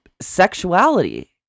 sexuality